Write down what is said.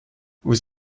vous